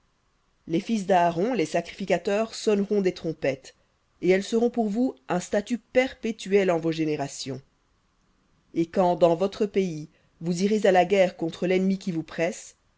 les fils d'aaron les sacrificateurs sonneront des trompettes et elles seront pour vous un statut perpétuel en vos générations et quand dans votre pays vous irez à la guerre contre l'ennemi qui vous presse